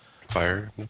Fire